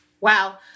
Wow